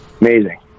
Amazing